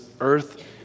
earth